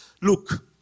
look